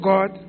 God